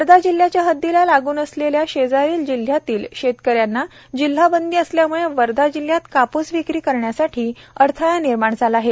वर्धा जिल्हयाच्या हद्दीला लागून असलेल्या शेजारील जिल्हयातील शेतक यांना जिल्हाबंदी असल्याम्ळे म्ळे वर्धा जिल्हयात काप्स विक्री करण्यासाठी अडथळा निर्माण झाला आहे